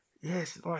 yes